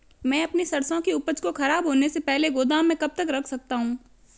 मैं अपनी सरसों की उपज को खराब होने से पहले गोदाम में कब तक रख सकता हूँ?